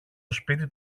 σπίτι